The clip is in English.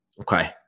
Okay